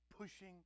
pushing